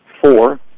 Four